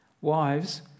Wives